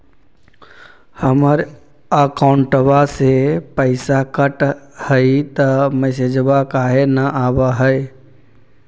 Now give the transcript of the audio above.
हमर अकौंटवा से पैसा कट हई त मैसेजवा काहे न आव है?